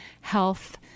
health